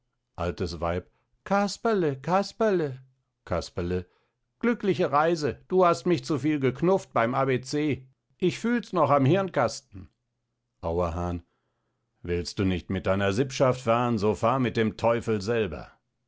altes weib casperle casperle casperle glückliche reise du hast mich zuviel geknufft beim a b c ich fühls noch am hirnkasten auerhahn willst du nicht mit deiner sippschaft fahren so fahr mit dem teufel selber